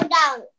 down